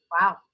Wow